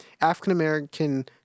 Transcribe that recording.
African-American